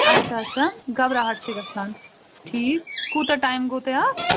اَچھا اَچھا گَبراہَٹ چھِ گژھان ٹھیٖک کوٗتاہ ٹایِم گوٚو تۄہہِ اَتھ